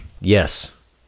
Yes